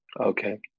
Okay